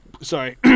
sorry